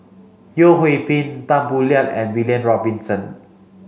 Yeo Hwee Bin Tan Boo Liat and William Robinson